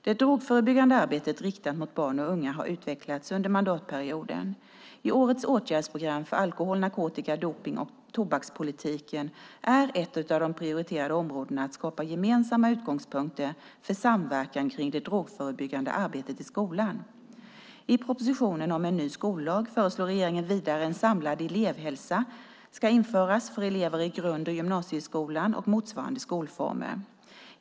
Det drogförebyggande arbetet riktat mot barn och unga har utvecklats under mandatperioden. I årets åtgärdsprogram för alkohol-, narkotika-, dopnings och tobakspolitiken är ett av de prioriterade områdena att skapa gemensamma utgångspunkter för samverkan kring det drogförebyggande arbetet i skolan. I propositionen om en ny skollag föreslår regeringen vidare att en samlad elevhälsa ska införas för elever i grund och gymnasieskolan och motsvarande skolformer.